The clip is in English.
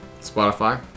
Spotify